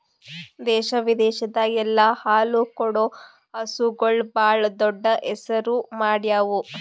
ದೇಶ ವಿದೇಶದಾಗ್ ಎಲ್ಲ ಹಾಲು ಕೊಡೋ ಹಸುಗೂಳ್ ಭಾಳ್ ದೊಡ್ಡ್ ಹೆಸರು ಮಾಡ್ಯಾವು